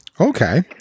Okay